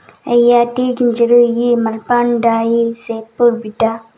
ఇయ్యే టీ గింజలు ఇ మల్పండాయి, సెప్పు బిడ్డా